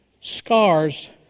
Scars